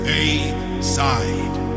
aside